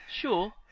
Sure